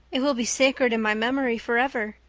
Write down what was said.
it will be sacred in my memory forever.